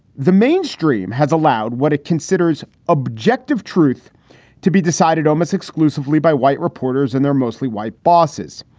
the mainstream has allowed what it considers objective truth to be decided almost exclusively by white reporters and their mostly white bosses.